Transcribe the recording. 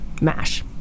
Mash